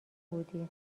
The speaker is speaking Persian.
بودی